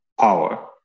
power